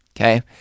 okay